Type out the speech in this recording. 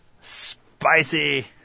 spicy